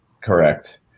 Correct